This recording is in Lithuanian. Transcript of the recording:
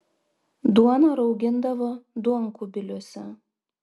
duoną raugindavo duonkubiliuose